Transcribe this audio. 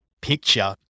picture